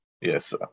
Yes